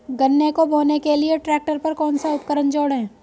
गन्ने को बोने के लिये ट्रैक्टर पर कौन सा उपकरण जोड़ें?